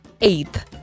eighth